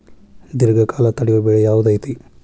ದೇರ್ಘಕಾಲ ತಡಿಯೋ ಬೆಳೆ ಯಾವ್ದು ಐತಿ?